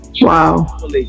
Wow